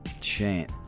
chant